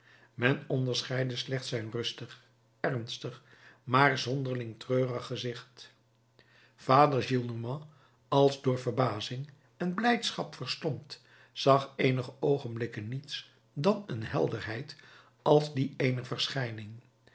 men onderscheidde slechts zijn rustig ernstig maar zonderling treurig gezicht vader gillenormand als door verbazing en blijdschap verstomd zag eenige oogenblikken niets dan een helderheid als die eener verschijning